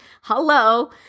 Hello